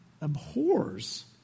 abhors